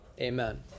amen